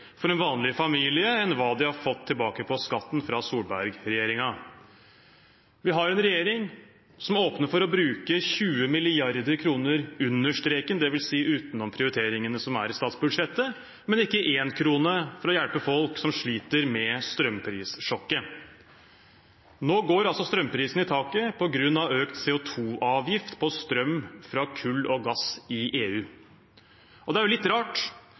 for en vanlig familie enn hva de har fått tilbake på skatten fra Solberg-regjeringen. Vi har en regjering som åpner for å bruke 20 mrd. kr under streken, dvs. utenom prioriteringene som er i statsbudsjettet, men ikke én krone for å hjelpe folk som sliter med strømprissjokket. Nå går strømprisene i taket på grunn av økt CO 2 -avgift på strøm fra kull og gass i EU. Det er litt rart,